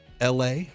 LA